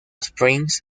springs